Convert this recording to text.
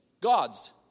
God's